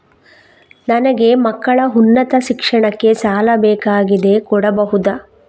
ನನಗೆ ಮಕ್ಕಳ ಉನ್ನತ ಶಿಕ್ಷಣಕ್ಕೆ ಸಾಲ ಬೇಕಾಗಿದೆ ಕೊಡಬಹುದ?